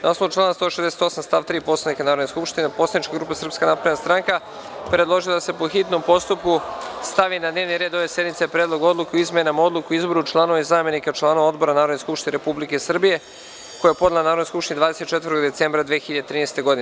Na osnovu člana 168. stav 3. Poslovnika Narodne skupštine, Poslanička grupa Srpska napredna stranka predložila je da se, po hitnom postupku, stavi na dnevni red ove sednice Predlog odluke o izmenama Odluke o izboru članova i zamenika članova odbora Narodne skupštine Republike Srbije, koji je podnela Narodnoj skupštini Republike Srbije 24. decembra 2013. godine.